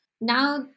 Now